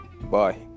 Bye